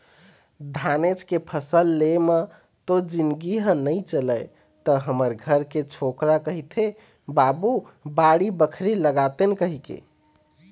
धानेच के फसल ले म तो जिनगी ह नइ चलय त हमर घर के छोकरा कहिथे बाबू बाड़ी बखरी लगातेन कहिके